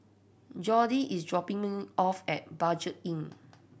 Jordi is dropping me off at Budget Inn